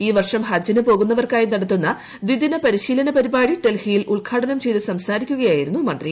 ഈ വർഷം ഹജ്ജിന് പോകുന്നവർക്കായി നടത്തൂന്ന് ദിദിന പരിശീലന പരിപാടി ഡൽഹിയിൽ ഉദ്ഘാടനും ചെയ്ത് സംസാരിക്കുകയായിരുന്നു മന്ത്രി